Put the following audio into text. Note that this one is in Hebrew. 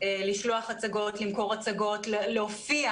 לשלוח הצגות, למכור הצגות, להופיע